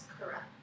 Correct